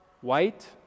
white